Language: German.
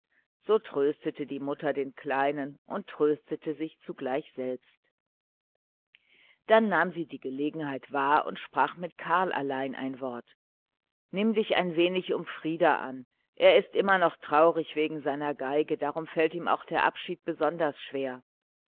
so tröstete die mutter den kleinen und tröstete sich selbst zugleich und dann nahm sie die gelegenheit wahr und sprach mit karl allein ein wort nimm dich ein wenig um frieder an er ist immer noch traurig wegen seiner violine darum fällt ihm auch der abschied besonders schwer